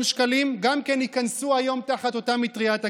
שקלים ייכנסו היום תחת אותה מטריית הגנה.